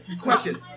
Question